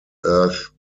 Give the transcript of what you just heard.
earth